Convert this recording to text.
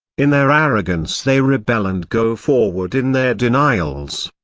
in their arrogance they rebel and go forward in their denials.